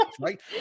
right